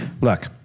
Look